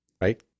right